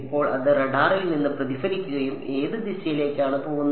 ഇപ്പോൾ അത് റഡാറിൽ നിന്ന് പ്രതിഫലിക്കുകയും ഏത് ദിശയിലേക്കാണ് പോകുന്നത്